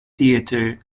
theater